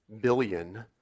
billion